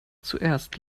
zuerst